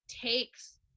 takes